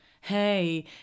hey